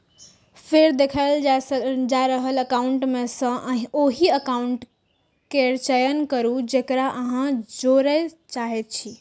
फेर देखाओल जा रहल एकाउंट मे सं ओहि एकाउंट केर चयन करू, जेकरा अहां जोड़य चाहै छी